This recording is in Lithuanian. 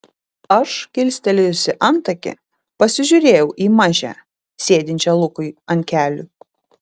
aš kilstelėjusi antakį pasižiūrėjau į mažę sėdinčią lukui ant kelių